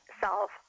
solve